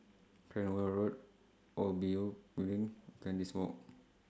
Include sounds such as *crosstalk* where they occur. Cranwell Road O B U Building Kandis Walk *noise*